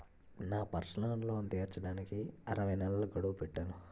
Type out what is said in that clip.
నా personal loan తీర్చడానికి అరవై నెలల గడువు పెట్టాను